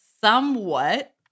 somewhat